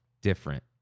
different